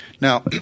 Now